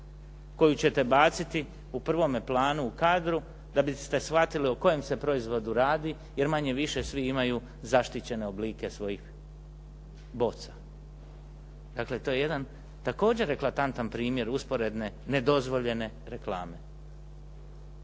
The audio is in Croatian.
koju ćete baciti u prvome planu u kadru, da biste shvatili o kojem se proizvodu radi, jer manje-više svi imaju zaštićene oblike svojih boca. Dakle, to je jedan također eklatantan primjer usporedne nedozvoljene reklame.